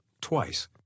twice